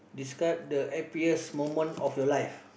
describe the happiest moment of your life